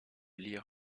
lire